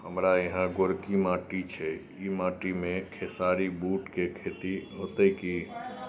हमारा यहाँ गोरकी माटी छै ई माटी में खेसारी, बूट के खेती हौते की?